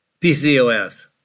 PCOS